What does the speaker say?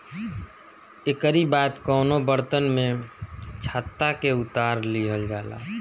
एकरी बाद कवनो बर्तन में छत्ता के उतार लिहल जाला